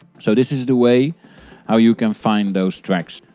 so this is the way how you can find those tracks.